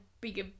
bigger